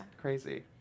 crazy